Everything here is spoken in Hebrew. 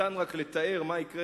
ניתן רק לתאר מה יקרה,